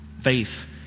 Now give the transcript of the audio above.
faith